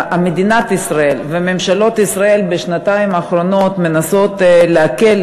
מדינת ישראל וממשלות ישראל בשנתיים האחרונות מנסות להקל,